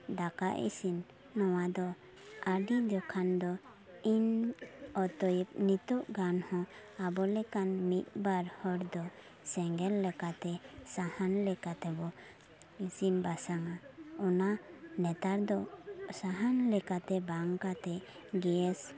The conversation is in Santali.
ᱫᱟᱠᱟ ᱤᱥᱤᱱ ᱱᱚᱣᱟ ᱫᱚ ᱟᱹᱰᱤ ᱡᱚᱠᱷᱟᱱ ᱫᱚ ᱤᱧ ᱚᱛᱚᱭᱮᱵ ᱱᱤᱛᱚᱜ ᱜᱟᱱ ᱦᱚᱸ ᱟᱵᱚᱞᱮᱠᱟᱱ ᱢᱤᱫᱵᱟᱨ ᱦᱚᱲ ᱫᱚ ᱥᱮᱸᱜᱮᱞ ᱞᱮᱠᱟᱛᱮ ᱥᱟᱦᱟᱱ ᱞᱮᱠᱟᱛᱮᱵᱚᱱ ᱤᱥᱤᱱ ᱵᱟᱥᱟᱝᱟ ᱚᱱᱟ ᱱᱮᱛᱟᱨ ᱫᱚ ᱥᱟᱦᱟᱱ ᱞᱮᱠᱟᱛᱮ ᱵᱟᱝ ᱠᱟᱛᱮᱫ ᱜᱮᱥ